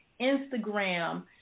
Instagram